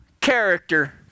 character